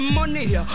Money